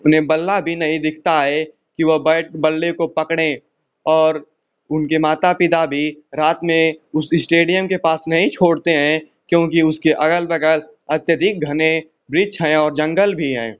उन्हें बल्ला भी नहीं दिखता है कि वो बैट बल्ले को पकड़ें और उनके माता पिता भी रात में उस इस्टेडियम के पास नहीं छोड़ते हैं क्योंकि उसके अगल बगल अत्यधिक घने वृक्ष हैं और जंगल भी हैं